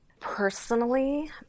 Personally